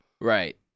Right